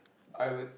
I would